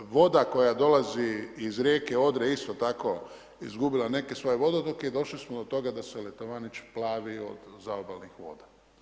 Voda koja dolazi iz rijeke Odre, isto tako izgubila neke svoje vodotoke i došli smo do toga da se Letovanić plavio od zaobalnih voda.